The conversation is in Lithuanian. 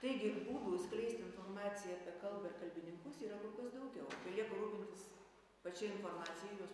taigi ir būdų skleisti informaciją apie kalbą ir kalbininkus yra kur kas daugiau belieka rūpintis pačia informacija jos